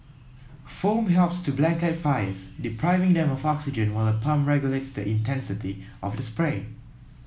foam helps to blanket fires depriving them of oxygen while a pump regulates the intensity of the spray